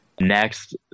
Next